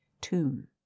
tomb